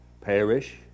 perish